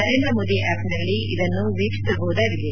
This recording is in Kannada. ನರೇಂದ್ರ ಮೋದಿ ಆಪ್ನಲ್ಲಿ ಇದನ್ನು ವೀಕ್ಷಿಸಬಹುದಾಗಿದೆ